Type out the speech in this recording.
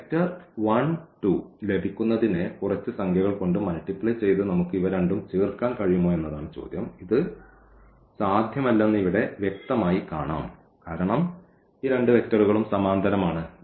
ഈ വെക്റ്റർ 1 2 ലഭിക്കുന്നതിന് കുറച്ച് സംഖ്യകൾ കൊണ്ട് മൾട്ടിപ്ലൈ ചെയ്തു നമുക്ക് ഇവ രണ്ടും ചേർക്കാൻ കഴിയുമോ എന്നതാണ് ചോദ്യം ഇത് സാധ്യമല്ലെന്ന് ഇവിടെ വ്യക്തമായി കാണാം കാരണം ഈ രണ്ട് വെക്റ്ററുകളും സമാന്തരമാണ്